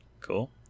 Cool